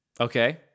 Okay